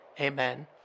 Amen